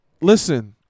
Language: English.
listen –